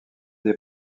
des